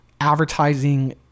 advertising